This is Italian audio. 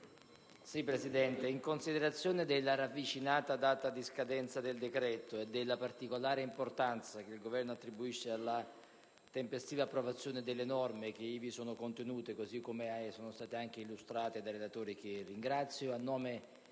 Presidente, in considerazione della ravvicinata data di scadenza del decreto-legge e della particolare importanza che il Governo attribuisce alla tempestiva approvazione delle norme ivi contenute, così come testé illustrate dai relatori, che ringrazio, a nome